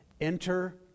Enter